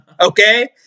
Okay